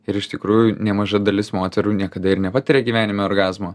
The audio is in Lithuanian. ir iš tikrųjų nemaža dalis moterų niekada ir nepatiria gyvenime orgazmo